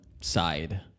side